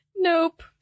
Nope